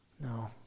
No